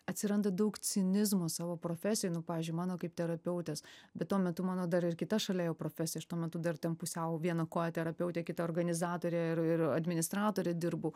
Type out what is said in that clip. atsiranda daug cinizmo savo profesijoj nu pavyzdžiui mano kaip terapeutės bet tuo metu mano dar ir kita šalia ėjo profesija aš tuo metu dar ten pusiau viena koja terapeutė kita organizatore ir administratore dirbu